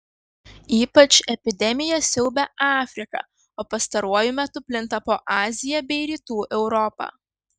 ypač epidemija siaubia afriką o pastaruoju metu plinta po aziją bei rytų europą